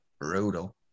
brutal